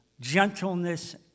gentleness